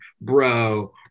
bro